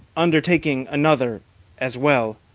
undertaking another as well.